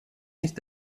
nicht